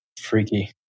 Freaky